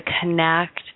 connect